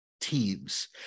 teams